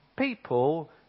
people